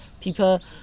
people